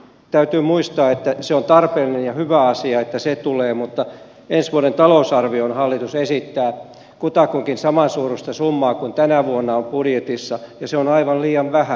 täytyy muistaa että se on tarpeellinen ja hyvä asia että se tulee mutta ensi vuoden talousarvioon hallitus esittää kutakuinkin samansuuruista summaa kuin tänä vuonna on budjetissa ja se on aivan liian vähän